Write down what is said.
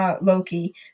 Loki